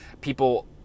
People